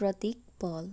প্ৰতীক পল